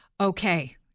Okay